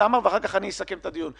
אחר כך אני אסכם את הדיון.